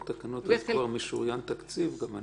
תקנות אז כבר משוריין תקציב אני מקווה.